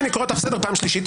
אני קורא אותך לסדר פעם שלישית.